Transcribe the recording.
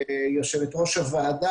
יושבת ראש הוועדה,